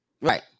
Right